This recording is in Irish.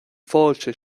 fáilte